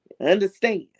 Understand